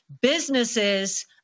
businesses